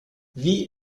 wie